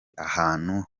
ahantu